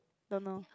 don't know